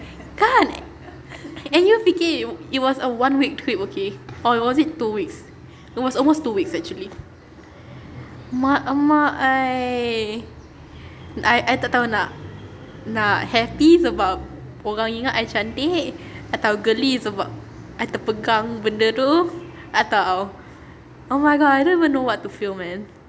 kan and you fikir it was a one week trip okay or was it two weeks it was almost two weeks actually mak mak I I I tak tahu nak nak happy sebab orang ingat I cantik atau geli sebab I terpegang benda tu atau oh my god I don't even know what to feel man